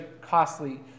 costly